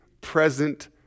present